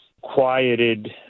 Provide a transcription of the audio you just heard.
quieted